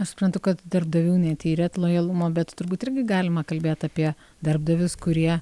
aš suprantu kad darbdavių netyrėt lojalumo bet turbūt irgi galima kalbėt apie darbdavius kurie